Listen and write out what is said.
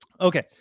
Okay